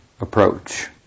approach